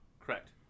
correct